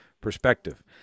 perspective